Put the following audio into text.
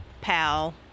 PAL